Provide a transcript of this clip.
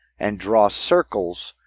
and draw circles.